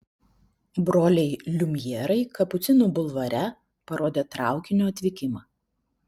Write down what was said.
broliai liumjerai kapucinų bulvare parodė traukinio atvykimą